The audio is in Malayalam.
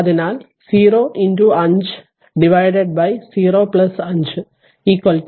അതിനാൽ 0 5 0 5 0